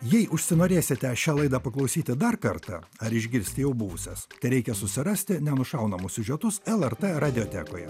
jei užsinorėsite šią laidą paklausyti dar kartą ar išgirsti jau buvusias tereikia susirasti nenušaunamus siužetus lrt radiotekoje